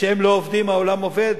העולם עובד,